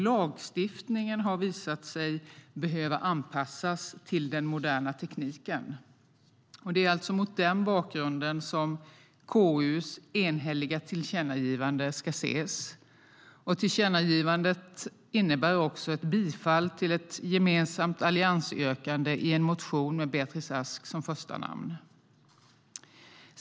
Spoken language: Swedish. Lagstiftningen har visat sig behöva anpassas till den moderna tekniken. Det är alltså mot den bakgrunden som KU:s enhälliga tillkännagivande ska ses, och tillkännagivandet innebär också bifall till ett gemensamt alliansyrkande i en motion med Beatrice Ask som första namn.